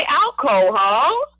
alcohol